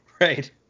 Right